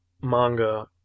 manga